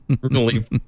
leave